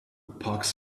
pox